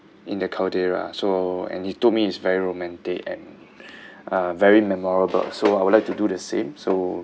in the caldera so and he told me is very romantic and uh very memorable so I would like to do the same so